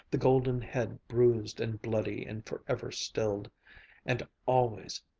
the golden head bruised and bloody and forever stilled and always,